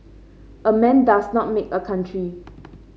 a man does not make a country